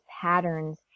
patterns